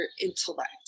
intellect